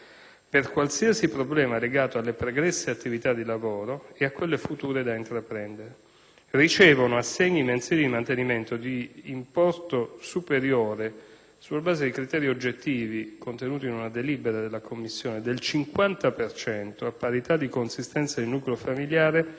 per qualsiasi problema legato alle pregresse attività di lavoro e a quelle future da intraprendere; ricevono assegni mensili di mantenimento di importo superiore del 50 per cento - sulla base di criteri oggettivi contenuti in una delibera della commissione - a parità di consistenza del nucleo familiare,